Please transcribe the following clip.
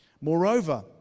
Moreover